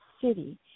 City